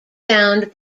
sound